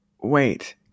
wait